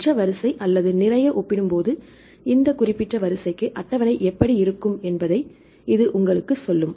மற்ற வரிசை அல்லது நிறைய ஒப்பிடும்போது இந்த குறிப்பிட்ட வரிசைக்கு அட்டவணை எப்படி இருக்கும் என்பதை இது உங்களுக்குச் சொல்லும்